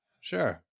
Sure